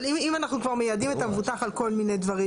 אבל אם אנחנו כבר מיידעים את המבוטח על כל מיני דברים,